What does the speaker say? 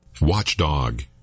Watchdog